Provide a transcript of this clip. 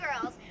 girls